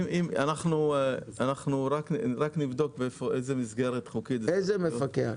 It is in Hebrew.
אנחנו רק נבדוק באיזו מסגרת חוקית זה צריך להיות.